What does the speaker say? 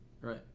Right